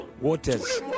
waters